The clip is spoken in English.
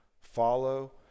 Follow